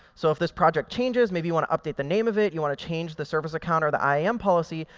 so if this project changes, maybe you want to update the name of it. you want to change the service account or the iam policy.